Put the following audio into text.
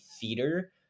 theater